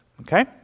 Okay